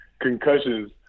concussions